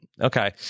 okay